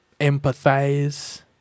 empathize